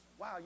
Wow